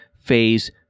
Phase